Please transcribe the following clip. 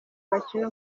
bakina